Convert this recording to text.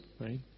right